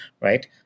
right